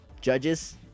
Judges